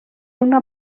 una